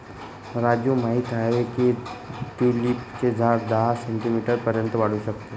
राजू माहित आहे की ट्यूलिपचे झाड दहा सेंटीमीटर पर्यंत वाढू शकते